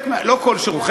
לא כל השירותים,